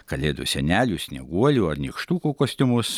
kalėdų senelių snieguolių ar nykštukų kostiumus